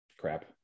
crap